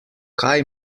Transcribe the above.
kaj